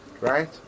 right